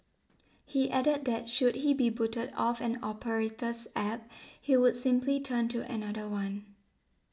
he added that should he be booted off an operator's App he would simply turn to another one